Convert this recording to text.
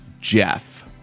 Jeff